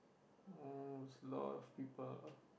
oh that's lot of people